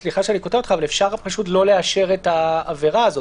אפשר פשוט לא לאשר את העבירה הזו,